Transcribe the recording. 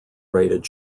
rated